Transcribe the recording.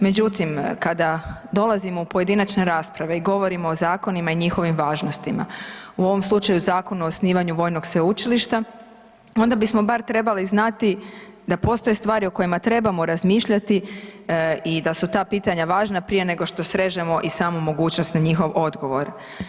Međutim, kada dolazimo u pojedinačne rasprave i govorimo o zakonima i njihovim važnostima, u ovom slučaju Zakon o osnivanju vojnog sveučilišta onda bismo bar trebali znati da postoje stvari o kojima trebamo razmišljati i da su ta pitanja važna prije nego što srežemo i samu mogućnost na njihov odgovor.